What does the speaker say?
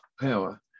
power